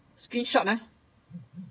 screen shot ah